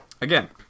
again